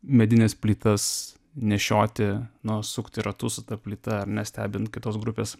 medines plytas nešioti nu sukti ratus su ta plyta ar ne stebint kitos grupės